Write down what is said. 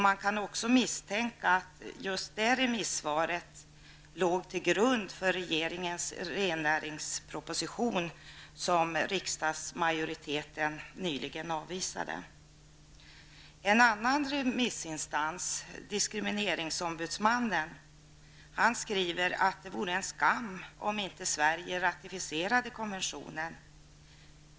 Man kan också misstänka att just det remissvaret låg till grund för regeringens rennäringsproposition, som riksdagsmajoriteten nyligen avvisade. En annan remissinstans, diskrimineringsombudsmannen, skriver att det vore en skam om inte Sverige ratificerade konventionen.